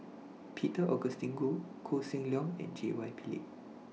Peter Augustine Goh Koh Seng Leong and J Y Pillay